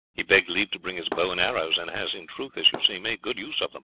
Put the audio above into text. he begged leave to bring his bow and arrows, and has in truth, as you see, made good use of them.